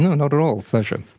not at all, a pleasure.